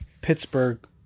Pittsburgh